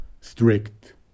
strict